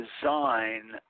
design